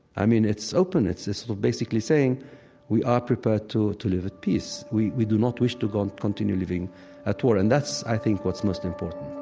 i mean, it's open. it's sort of basically saying we are prepared to to live at peace. we we do not wish to continue living at war, and that's, i think, what's most important